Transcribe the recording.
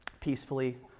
peacefully